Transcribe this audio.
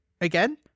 again